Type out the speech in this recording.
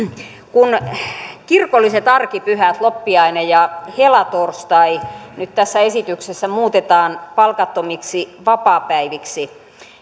kun kirkolliset arkipyhät loppiainen ja helatorstai nyt tässä esityksessä muutetaan palkattomiksi vapaapäiviksi